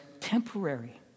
Temporary